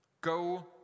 Go